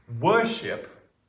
Worship